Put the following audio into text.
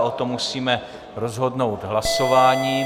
O tom musíme rozhodnout hlasováním.